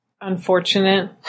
Unfortunate